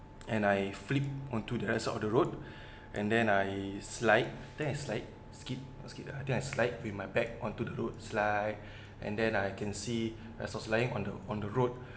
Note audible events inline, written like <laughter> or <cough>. and I flipped onto the other side of the road <breath> and then I slide I think I slide skip I skip lah I think I slide with my back onto the road slide <breath> and then I can see I was lying on the on the road